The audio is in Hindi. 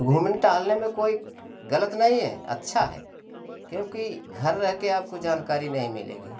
घूमने टहलने में कोई गलती नहीं है अच्छा है क्योंकि घर रह के आपको जानकारी नहीं मिलेगी